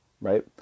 right